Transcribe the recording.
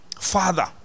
Father